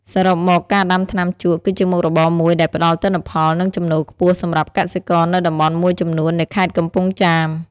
សរុបមក ការដាំថ្នាំជក់គឺជាមុខរបរមួយដែលផ្តល់ទិន្នផល និងចំណូលខ្ពស់សម្រាប់កសិករនៅតំបន់មួយចំនួននៃខេត្តកំពង់ចាម។